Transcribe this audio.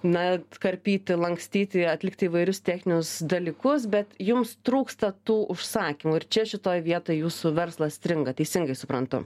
na karpyti lankstyti atlikti įvairius techninius dalykus bet jums trūksta tų užsakymų ir čia šitoj vietoj jūsų verslas stringa teisingai suprantu